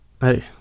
hey